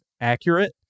accurate